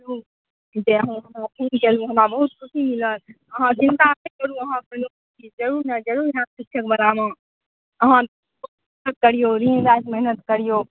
जे अहाँ याद केलहुँ हमरा बहुत खुशी मिलल अहाँ चिन्ता नहि करु अहाँकेँ जरुर होयत जरुर होयत शिक्षक वालामे अहाँ मेहनत करिऔ दिन राति मेहनत करिऔ